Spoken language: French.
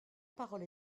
parole